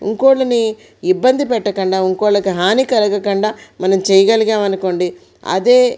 ఇంకొకరిని ఇబ్బంది పెట్టకుండా ఇంకొకరికి హాని కలగకుండా మనం చేయగలిగాము అనుకోండి అదే